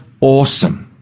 awesome